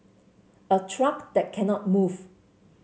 a truck that cannot move